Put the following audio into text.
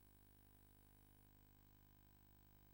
חברים